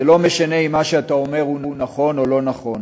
זה לא משנה אם מה שאתה אומר הוא נכון או לא נכון,